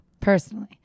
Personally